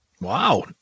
Wow